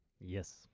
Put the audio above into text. Yes